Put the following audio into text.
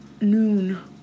noon